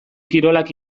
kirolak